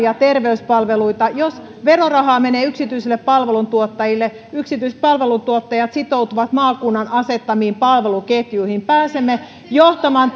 ja terveyspalveluita jos verorahaa menee yksityisille palveluntuottajille yksityiset palveluntuottajat sitoutuvat maakunnan asettamiin palveluketjuihin pääsemme johtamaan